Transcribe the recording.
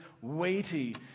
weighty